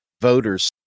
voters